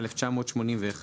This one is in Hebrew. התשמ"א 1981,